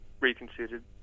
reconsidered